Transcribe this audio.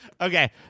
Okay